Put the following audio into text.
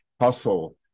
hustle